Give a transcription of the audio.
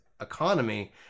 economy